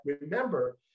remember